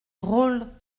drôle